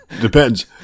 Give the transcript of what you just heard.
Depends